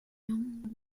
yang